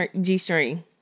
G-string